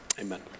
amen